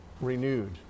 renewed